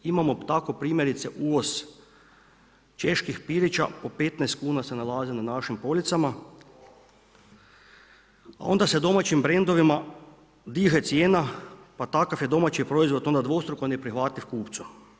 Imamo tako primjerice uvoz čeških pilića po 15 kuna se nalazi na našim policama, a onda se domaćim brendovima diže cijena pa takav je domaći proizvod onda dvostruko neprihvatljiv kupcu.